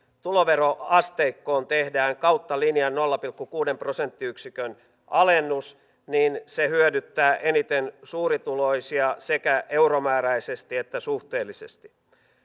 tuloveroasteikkoon tehdään kautta linjan nolla pilkku kuuden prosenttiyksikön alennus niin se hyödyttää eniten suurituloisia sekä euromääräisesti että suhteellisesti